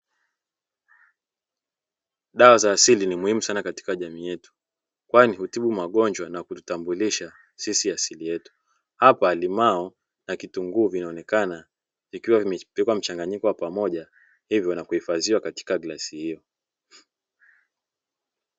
Dawa za asili ni muhimu sana katika jamii yetu kwani hutibu magonjwa na kutambulisha sisi asili yetu, hapa kuna limao na kitunguu vinaonekana vikiwa vimebeba mchanganyiko pamoja na kuhifadhiwa katika glasi hiyo.